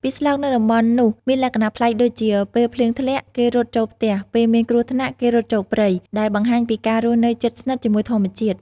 ពាក្យស្លោកនៅតំបន់នោះមានលក្ខណៈប្លែកដូចជា "ពេលភ្លៀងធ្លាក់ គេរត់ចូលផ្ទះ ពេលមានគ្រោះថ្នាក់ គេរត់ចូលព្រៃ" ដែលបង្ហាញពីការរស់នៅជិតស្និទ្ធជាមួយធម្មជាតិ។